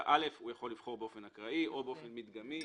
הוא יכול לבחור באופן אקראי או באופן מדגמי.